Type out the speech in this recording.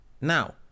Now